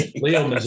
Leo